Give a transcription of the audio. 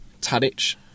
Tadic